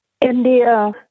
India